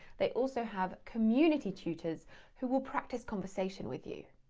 they also have community tutors who will practise conversation with you.